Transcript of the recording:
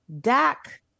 Dak